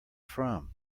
from